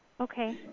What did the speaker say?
Okay